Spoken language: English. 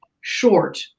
short